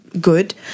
good